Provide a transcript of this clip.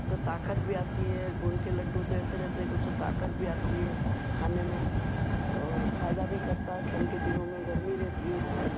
उससे ताकत भी आती है गोंद के लड्डू तो ऐसे रहते उससे ताकत भी आती है खाने में और फायदा भी करता है ठंड के दिनों में गर्मी रहती है उससे